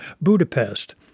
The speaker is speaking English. Budapest